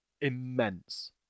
immense